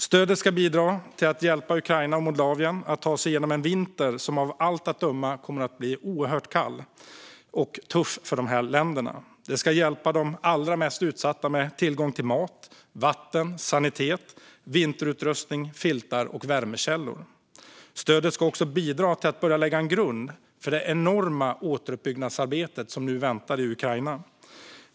Stödet ska bidra till att hjälpa Ukraina och Moldavien att ta sig igenom en vinter som av allt att döma kommer att bli oerhört kall och tuff för dessa länder. Det ska hjälpa de allra mest utsatta med tillgång till mat, vatten, sanitet, vinterutrustning, filtar och värmekällor. Stödet ska också bidra till att börja lägga en grund för det enorma återuppbyggnadsarbete som nu väntar i Ukraina.